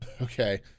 Okay